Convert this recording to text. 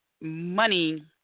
money